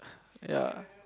ya